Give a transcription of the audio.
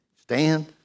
Stand